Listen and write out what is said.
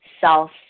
Self